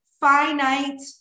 finite